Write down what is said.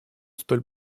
столь